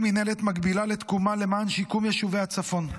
מינהלת מקבילה לתקומה למען שיקום יישובי הצפון.